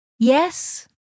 Yes